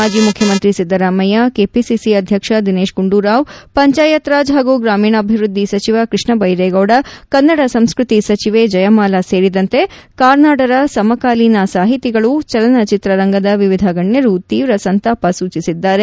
ಮಾಜಿ ಮುಖ್ಯ ಮಂತ್ರಿ ಸಿದ್ದರಾಮಯ್ಯ ಕೆಪಿಸಿಸಿ ಅಧ್ಯಕ್ಷ ದಿನೇಶ್ ಗುಂಡೂರಾವ್ ಪಂಚಾಯತ್ ರಾಜ್ ಹಾಗೂ ಗ್ರಾಮೀಣಾಭಿವೃದ್ದಿ ಸಚಿವ ಕೃಷ್ಣ ಬೈರೇಗೌಡ ಕನ್ನಡ ಸಂಸ್ಕೃತಿ ಸಚಿವೆ ಜಯಮಾಲಾ ಸೇರಿದಂತೆ ಕಾರ್ನಾಡ್ರ ಸಮಕಾಲೀನ ಸಾಹಿತಿಗಳು ಚಲನ ಚಿತ್ರರಂಗದ ವಿವಿಧ ಗಣ್ಯರು ತೀವ್ರ ಸಂತಾಪ ಸೂಚಿಸಿದ್ದಾರೆ